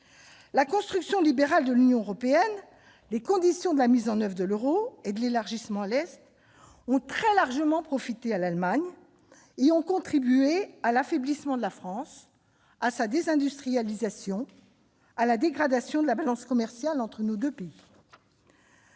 La construction libérale de l'Union européenne, les conditions de mise en oeuvre de l'euro et de l'élargissement à l'Est ont très largement profité à l'Allemagne et ont contribué à l'affaiblissement de la France, à sa désindustrialisation et à la dégradation de la balance commerciale entre nos deux pays.